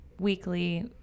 weekly